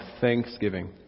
thanksgiving